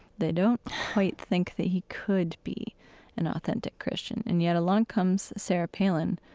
they don't quite think that he could be an authentic christian and yet, along comes sarah palin,